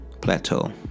Plateau